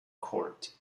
court